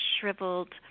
shriveled